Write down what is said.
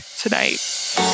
tonight